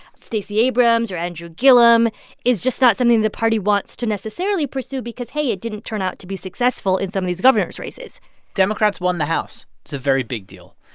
stacey abrams or andrew gillum is just not something the party wants to necessarily pursue because, hey, it didn't turn out to be successful in some these governors' races democrats won the house. it's a very big deal.